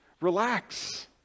Relax